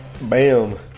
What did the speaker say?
bam